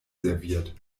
serviert